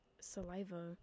saliva